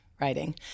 writing